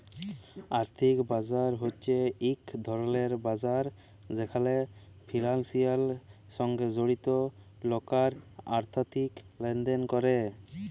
আর্থিক বাজার হছে ইক ধরলের বাজার যেখালে ফিলালসের সঙ্গে জড়িত লকরা আথ্থিক লেলদেল ক্যরে